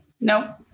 No